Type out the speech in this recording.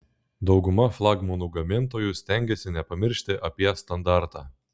dauguma flagmanų gamintojų stengiasi nepamiršti apie standartą